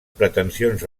pretensions